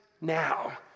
now